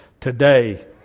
today